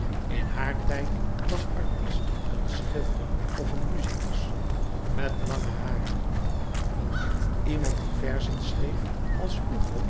in haar tijd was artist een schilder of een musicus met lange haren iemand die verzen schreef als hugo